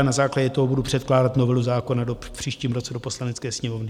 Na základě toho budu předkládat novelu zákona v příštím roce do Poslanecké sněmovny.